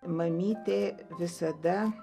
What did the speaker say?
mamytė visada